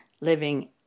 living